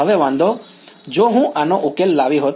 હવે વાંધો જો હું આનો ઉકેલ લાવી હોત